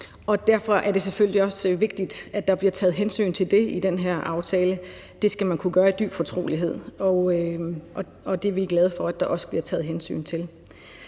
Derfor er det selvfølgelig også vigtigt, at der bliver taget hensyn til det i den her aftale. Det skal man kunne gøre i dyb fortrolighed, og det er vi glade for at der også bliver taget hensyn til.